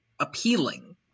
appealing